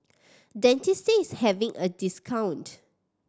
Dentists having a discount